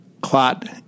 clot